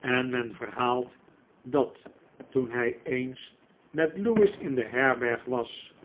en men verhaalt dat toen hij eens met lewis in een herberg was